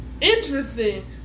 interesting